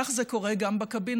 כך זה קורה גם בקבינט